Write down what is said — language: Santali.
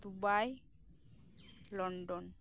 Dubai London